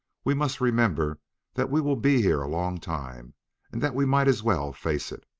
we must remember that we will be here a long time and that we might as well face it.